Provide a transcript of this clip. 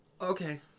Okay